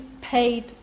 paid